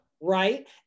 Right